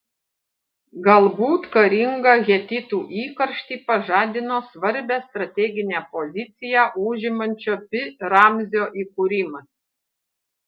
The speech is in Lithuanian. galbūt karingą hetitų įkarštį pažadino svarbią strateginę poziciją užimančio pi ramzio įkūrimas